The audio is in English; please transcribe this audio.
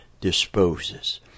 disposes